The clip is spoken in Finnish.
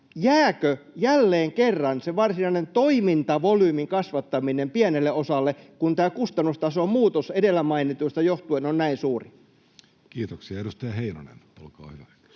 Jääkö jälleen kerran se varsinainen toimintavolyymin kasvattaminen pienelle osalle, kun tämä kustannustason muutos edellä mainituista johtuen on näin suuri? Kiitoksia. — Edustaja Heinonen, olkaa hyvä.